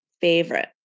favorite